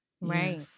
Right